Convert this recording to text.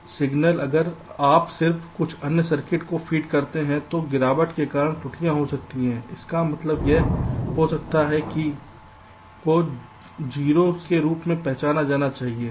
signal अगर आप सिर्फ कुछ अन्य सर्किट को फीड करते हैं तो गिरावट के कारण त्रुटियां हो सकती हैं इसका मतलब यह हो सकता है कि1 को 0 के रूप में पहचाना जा सकता है